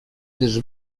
gdyż